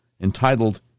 entitled